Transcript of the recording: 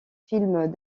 films